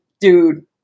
dude